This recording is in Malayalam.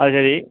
അത് ശരി